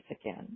again